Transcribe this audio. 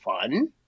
fun